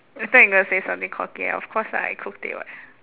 I thought you going to say something cocky of course ah I cooked it [what]